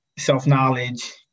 Self-knowledge